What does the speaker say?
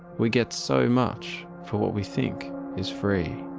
we get so much for what we think is free.